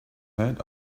had